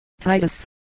Titus